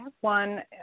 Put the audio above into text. one